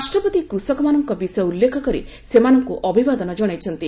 ରାଷ୍ଟପତି କୃଷକମାନଙ୍କ ବିଷୟ ଉଲ୍ଲେଖ କରି ସେମାନଙ୍କ ଅଭିବାଦନ ଜଣାଇଛନ୍ତି